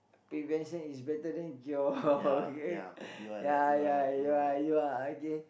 prevention is better than cure okay ya ya you are you are okay